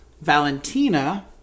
Valentina